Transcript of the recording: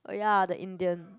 oh ya the Indian